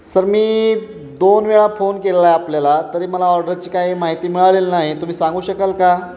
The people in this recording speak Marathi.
सर मी दोन वेळा फोन केलेला आहे आपल्याला तरी मला ऑर्डरची काही माहिती मिळालेली नाही तुम्ही सांगू शकाल का